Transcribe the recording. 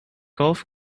golf